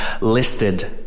listed